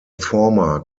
former